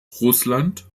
russland